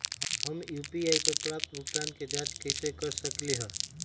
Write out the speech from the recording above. हम यू.पी.आई पर प्राप्त भुगतान के जाँच कैसे कर सकली ह?